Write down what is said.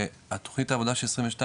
ותוכנית העבודה לשנת 2022,